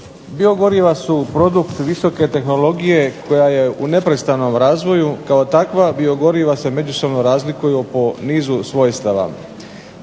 Biogoriva su produkt visoke tehnologije koja je u neprestanom razvoju, kao takva biogoriva se razlikuju po nizu svojstava.